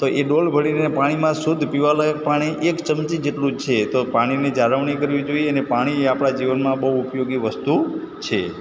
તો એ ડોલ ભરીને પાણીમાં શુદ્ધ પીવાલાયક પાણી એક ચમચી જેટલું જ છે તો પાણીની જાળવણી કરવી જોઈએ અને પાણી એ આપણાં જીવનમાં બહુ ઉપયોગી વસ્તુ છે